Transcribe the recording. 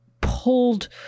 pulled